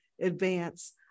advance